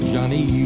Johnny